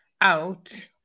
out